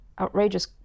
outrageous